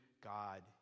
God